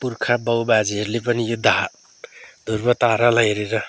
पुर्खा बाउ बाजेहरूले पनि यो धा ध्रुब तारालाई हेरेर